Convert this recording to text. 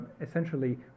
Essentially